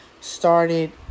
started